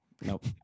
Nope